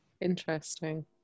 Interesting